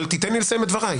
אבל תן לי לסיים את דבריי.